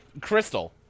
Crystal